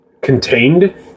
Contained